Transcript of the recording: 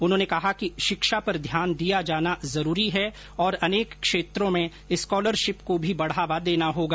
उन्होने कहा कि शिक्षा पर ध्यान दिया जाना जरूरी है और अनेक क्षेत्रों में स्कॉलरशिप को भी बढावा देना होगा